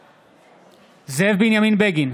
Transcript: בעד זאב בנימין בגין,